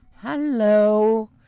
Hello